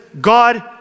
God